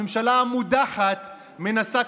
הממשלה המודחת מנסה,